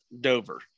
Dover